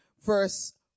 verse